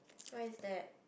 why is that